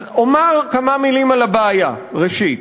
אז אומר כמה מילים על הבעיה, ראשית.